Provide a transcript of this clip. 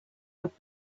with